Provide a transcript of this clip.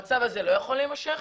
המצב הזה לא יכול להימשך,